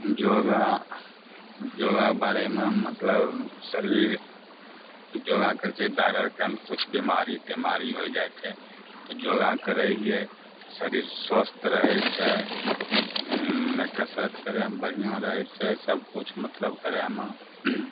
योगा योगाके बारेमे मतलब शरीर योगा करै छै डॉक्टर कन किछु बीमारी तीमारी होइ जाइ छै तऽ योगा करय हिए तऽ शरीर स्वस्थ रहै छै कसरत करयमे बढ़िऑं रहै छै सब किछु मतलब करयमे